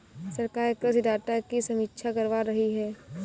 सरकार कृषि डाटा की समीक्षा करवा रही है